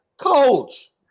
coach